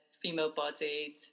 Female-bodied